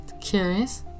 Curious